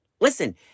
Listen